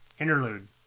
Interlude